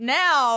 now